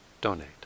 donate